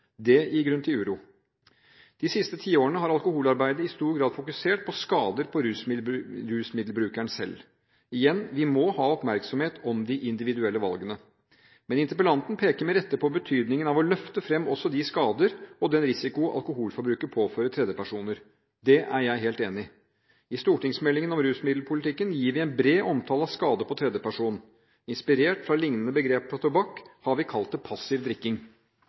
Det gir grunn til uro. De siste tiårene har alkoholarbeidet i stor grad fokusert på skader på rusmiddelbrukeren selv. Igjen: Vi må ha oppmerksomhet om de individuelle valgene. Men interpellanten peker med rette på betydningen av å løfte fram også de skader og den risiko alkoholforbruket påfører tredjepersoner. Det er jeg helt enig i. I stortingsmeldingen om rusmiddelpolitikken gir vi en bred omtale av skade på tredjeperson. Inspirert av liknende begrep for tobakk har vi kalt det «passiv drikking».